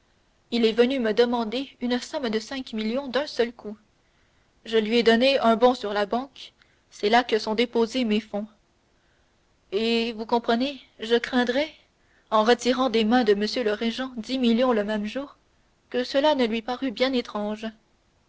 il est venu me demander une somme de cinq millions d'un seul coup je lui ai donné un bon sur la banque c'est là que sont déposés mes fonds et vous comprenez je craindrais en retirant des mains de m le régent dix millions le même jour que cela ne lui parût bien étrange